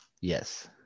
Yes